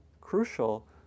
crucial